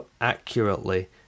accurately